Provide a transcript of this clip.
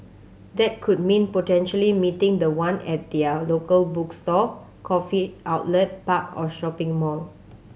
that could mean potentially meeting the one at their local bookstore coffee outlet park or shopping mall